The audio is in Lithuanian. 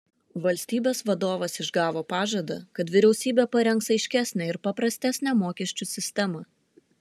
valstybės vadovas išgavo pažadą kad vyriausybė parengs aiškesnę ir paprastesnę mokesčių sistemą